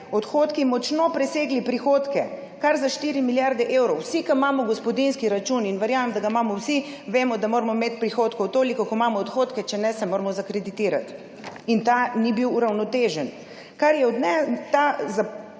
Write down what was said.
odhodki močno presegli prihodke, in to kar za štiri milijarde evrov. Vsi, ki imamo gospodinjski račun, in verjamem, da ga imamo vsi, vemo, da moramo imeti prihodkov toliko, kot imamo odhodkov, drugače se moramo zakreditirati. In ta ni bil uravnotežen. Za leto